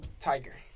Tiger